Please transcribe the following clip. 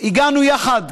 הגענו יחד,